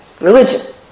religion